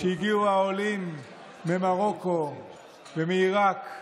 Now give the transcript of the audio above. כשהגיעו העולים ממרוקו ומעיראק,